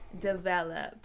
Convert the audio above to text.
develop